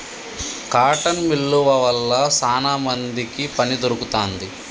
cotton మిల్లువ వల్ల శానా మందికి పని దొరుకుతాంది